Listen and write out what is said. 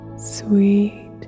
Sweet